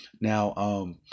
Now